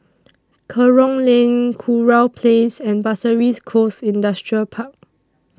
Kerong Lane Kurau Place and Pasir Ris Coast Industrial Park